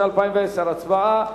התש"ע 2010. הצבעה.